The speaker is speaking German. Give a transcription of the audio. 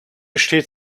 steht